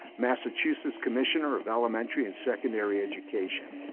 massachusetts commissioner of elementary and secondary education.